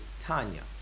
tanya